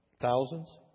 Thousands